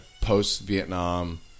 post-Vietnam